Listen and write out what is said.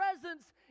presence